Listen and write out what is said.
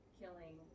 killing